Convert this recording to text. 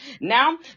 Now